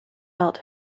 felt